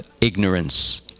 ignorance